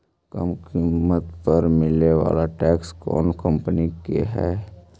कम किमत पर मिले बाला ट्रैक्टर कौन कंपनी के है?